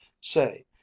Say